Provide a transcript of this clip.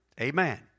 Amen